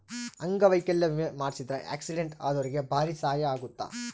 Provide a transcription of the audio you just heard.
ಅಂಗವೈಕಲ್ಯ ವಿಮೆ ಮಾಡ್ಸಿದ್ರ ಆಕ್ಸಿಡೆಂಟ್ ಅದೊರ್ಗೆ ಬಾರಿ ಸಹಾಯ ಅಗುತ್ತ